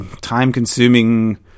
time-consuming